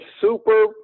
super